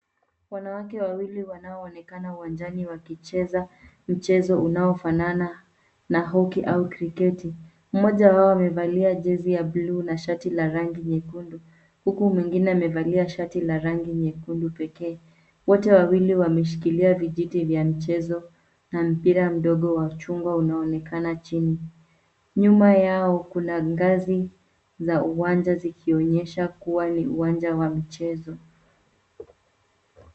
Wanawake wawili wanaoonekana uwanjani wakicheza mchezo unaofanana na hockey au kriketi. Mmoja wao amevalia jezi ya buluu na shati la rangi nyekundu, huku mwingine amevalia sharti la rangi nyekundu pekee. Wote wawili wameshikilia vijiti vya michezo na mpira mdogo wa chungwa unaonekana chini. Nyuma yao kuna ngazi za uwanja zikionesha kuwa ni uwanja wa mchezo.